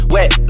Wet